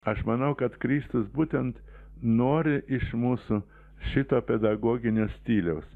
aš manau kad kristus būtent nori iš mūsų šito pedagoginio stiliaus